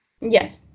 Yes